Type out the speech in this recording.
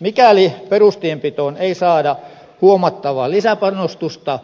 mikäli perustienpitoon ei saada huomattavaa lisäpanostusta